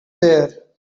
there